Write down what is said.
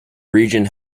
region